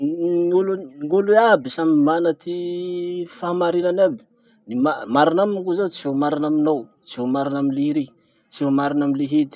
Gn'olo gn'olo iaby samy mana ty fahamarinany aby. Ny mar- marina amiko zao tsy ho marina aminao, tsy ho marina amy liri- tsy ho marina amy lihity.